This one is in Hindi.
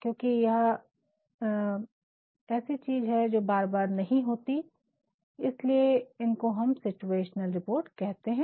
क्योंकि यह बार बार नहीं होती हैं इसीलिए इनको हम सिचुएशनल रिपोर्ट कहते हैं